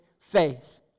faith